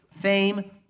fame